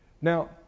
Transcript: Now